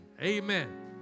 Amen